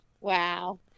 Wow